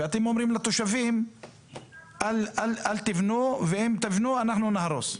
ואתם אומרים לתושבים שלא ייבנו ושאם הם ייבנו אתם תהרסו?